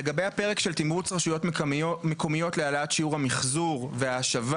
לגבי הפרק של תמרוץ רשויות מקומיות להעלאת שיעור המחזור וההשבה.